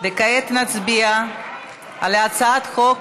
כעת נצביע על הצעת חוק